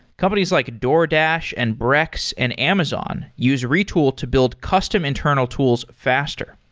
companies like a doordash, and brex, and amazon use retool to build custom internal tools faster.